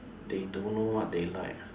they don't know what they like ah